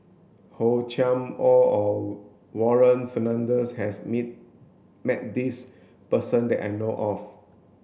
Hor Chim Or our Warren Fernandez has meet met this person that I know of